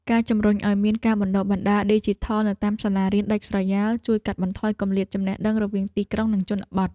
ការជំរុញឱ្យមានការបណ្តុះបណ្តាលឌីជីថលនៅតាមសាលារៀនដាច់ស្រយាលជួយកាត់បន្ថយគម្លាតចំណេះដឹងរវាងទីក្រុងនិងជនបទ។